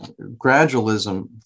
gradualism